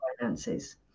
finances